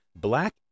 Black